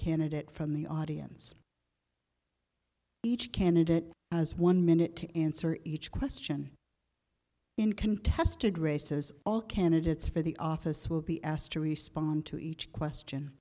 candidate from the audience each candidate as one minute to answer each question in contested races all candidates for the office will be asked to respond to each question